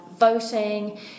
voting